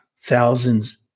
thousands